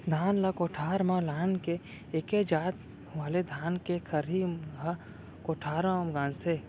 धान ल कोठार म लान के एके जात वाले धान के खरही ह कोठार म गंजाथे